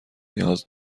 نیاز